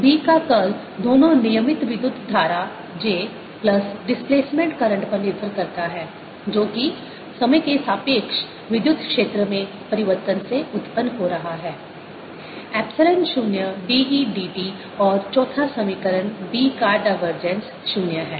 B का curl दोनों नियमित विद्युत धारा J प्लस डिस्प्लेसमेंट करंट पर निर्भर करता है जो कि जो समय के सापेक्ष विद्युत क्षेत्र में परिवर्तन से उत्पन्न हो रहा है एप्सिलॉन 0 dE dt और चौथा समीकरण B का डाइवर्जेंस 0 है